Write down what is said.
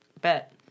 bet